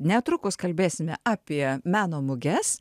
netrukus kalbėsime apie meno muges